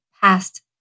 past